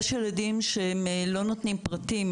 יש ילדים שלא נותנים פרטים,